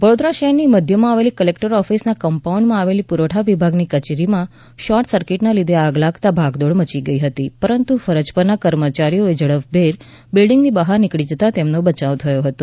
વડોદરા શહેરની મધ્યમાં આવેલી કલેકટર ઓફિસના કમ્પાઉન્ડમાં આવેલી પુરવઠા વિભાગની કચેરીમાં શોર્ટ સર્કિટને લીધે આગ લાગતા ભાગદોડ મચી ગઇ હતી પરંતુ ફરજ પરના કર્મચારીઓ ઝડપભેર બિલ્ડીંગની બહાર નીકળી જતાં તેમનો બચાવ થયો હતો